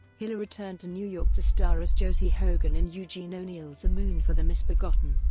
hiller returned to new york to star as josie hogan in eugene o'neill's a moon for the misbegotten,